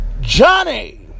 Johnny